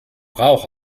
rauch